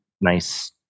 nice